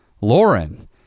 Lauren